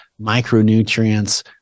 micronutrients